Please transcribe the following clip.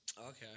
Okay